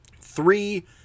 three